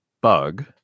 Bug